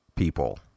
people